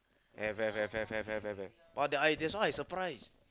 have have have have have have have have but I that's why I surprise